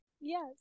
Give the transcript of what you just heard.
Yes